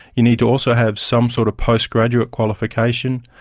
you need to also have some sort of postgraduate qualification,